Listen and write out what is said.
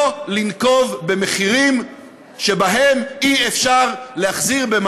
לא לנקוב במחירים שבהם אי-אפשר להחזיר עודף,